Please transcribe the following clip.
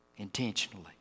Intentionally